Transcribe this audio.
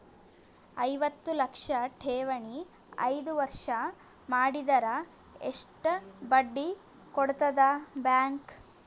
ಐವತ್ತು ಲಕ್ಷ ಠೇವಣಿ ಐದು ವರ್ಷ ಮಾಡಿದರ ಎಷ್ಟ ಬಡ್ಡಿ ಕೊಡತದ ಬ್ಯಾಂಕ್?